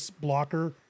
blocker